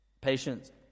patience